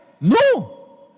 No